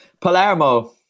Palermo